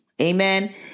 amen